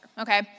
okay